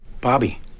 Bobby